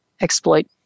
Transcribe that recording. exploit